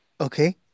Okay